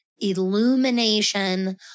illumination